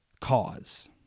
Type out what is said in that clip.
cause